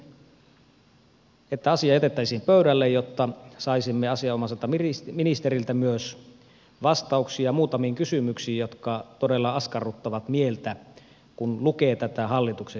esitin eilen että asia jätettäisiin pöydälle jotta saisimme myös asianomaiselta ministeriltä vastauksia muutamiin kysymyksiin jotka todella askarruttavat mieltä kun lukee tätä hallituksen esitystä